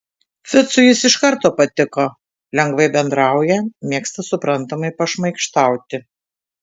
ficui jis iš karto patiko lengvai bendrauja mėgsta suprantamai pašmaikštauti